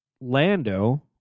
Lando